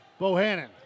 Bohannon